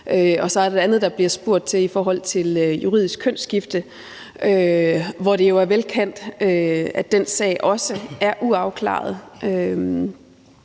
Så er der det andet, der bliver spurgt til, i forhold til juridisk kønsskifte. Det er jo velkendt, at den sag også er uafklaret.